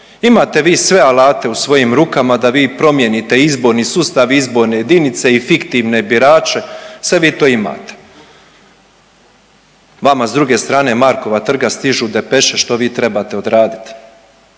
Imate vi sve alate u svojim rukama da vi promijenite izborni sustav, izborne jedinice i fiktivne birače, sve vi to imate. Vama s druge strane Markova trga stižu depeše što vi trebate odradit.